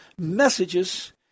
messages